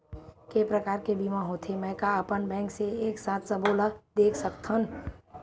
के प्रकार के बीमा होथे मै का अपन बैंक से एक साथ सबो ला देख सकथन?